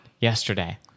yesterday